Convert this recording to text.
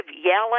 yelling